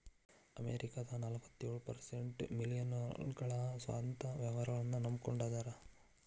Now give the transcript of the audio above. ಅಮೆರಿಕದ ನಲವತ್ಯೊಳ ಪರ್ಸೆಂಟ್ ಮಿಲೇನಿಯಲ್ಗಳ ಸ್ವಂತ ವ್ಯವಹಾರನ್ನ ನಂಬಕೊಂಡ ಅದಾರ